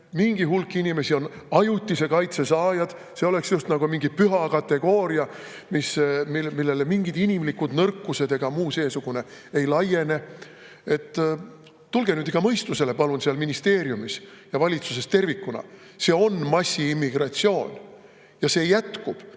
Mingi hulk inimesi on ajutise kaitse saajad – see oleks just nagu mingi püha kategooria, millele mingid inimlikud nõrkused ega muu seesugune ei laiene. Tulge nüüd palun ikka mõistusele seal ministeeriumis ja valitsuses tervikuna! See on massiimmigratsioon ja see jätkub